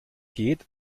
geht